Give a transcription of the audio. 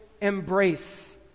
embrace